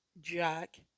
Jack